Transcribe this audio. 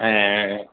ऐं